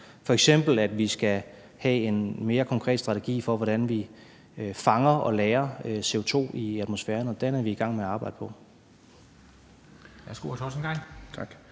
det om, at vi skal have en mere konkret strategi for, hvordan vi fanger og lagrer CO2 i atmosfæren. Den er vi i gang med at arbejde på.